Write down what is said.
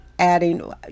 Adding